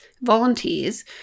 volunteers